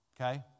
Okay